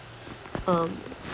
um